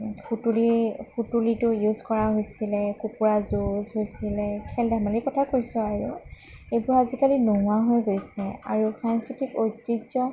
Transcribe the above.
সুতুলি সুতুলিটো ইউজ কৰা হৈছিলে কুকুৰা যুঁজ হৈছিলে খেল ধেমালিৰ কথা কৈছোঁ আৰু সেইবোৰ আজিকালি নোহোৱা হৈ গৈছে আৰু সাংস্কৃতিক ঐতিহ্য